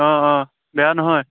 অঁ অঁ বেয়া নহয়